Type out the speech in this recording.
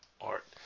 art